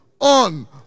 On